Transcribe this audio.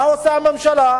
מה עושה הממשלה?